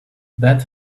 that